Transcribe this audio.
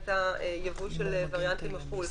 הייתה ייבוא של ווריאנטים מחו"ל,